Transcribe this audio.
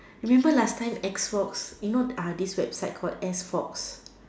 remember last time X fox you know uh this website called S fox